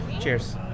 Cheers